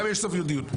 גם יש סופיות דיון.